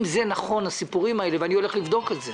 אם הסיפורים האלה נכונים ואני הולך לבדוק את זה